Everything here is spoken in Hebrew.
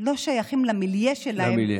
לא שייכים למיליה שלהם, למיליה.